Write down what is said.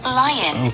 lion